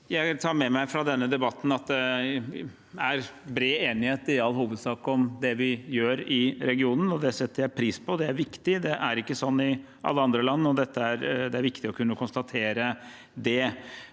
Jeg tar med meg fra denne debatten at det i all hovedsak er bred enighet om det vi gjør i regionen, og det setter jeg pris på. Det er viktig, for det er ikke sånn i alle andre land, og det er viktig å kunne konstatere det.